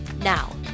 Now